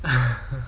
(uh huh)